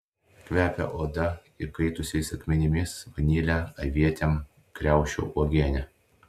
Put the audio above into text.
kvepia oda įkaitusiais akmenimis vanile avietėm kriaušių uogiene